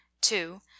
Two